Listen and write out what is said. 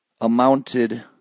amounted